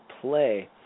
play